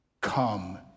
come